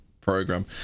program